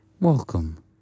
welcome